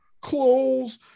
clothes